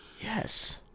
Yes